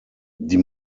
die